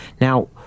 Now